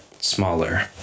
smaller